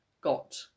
got